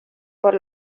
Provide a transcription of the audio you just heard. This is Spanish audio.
por